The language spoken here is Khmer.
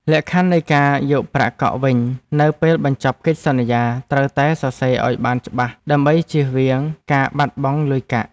លក្ខខណ្ឌនៃការយកប្រាក់កក់វិញនៅពេលបញ្ចប់កិច្ចសន្យាត្រូវតែសរសេរឱ្យបានច្បាស់ដើម្បីជៀសវាងការបាត់បង់លុយកាក់។